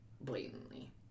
blatantly